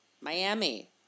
Miami